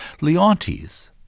Leontes